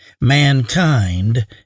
Mankind